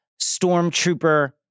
Stormtrooper